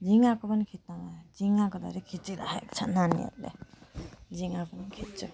झिँगाको पनि खिच्न मन लाग्छ झिँगाको बरु खिचिराखेको छ नानीहरूले झिँगाको खिच्छ